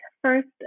first